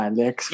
Alex